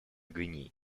гвинеи